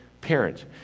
parent